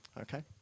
Okay